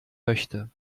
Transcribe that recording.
möchte